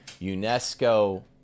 UNESCO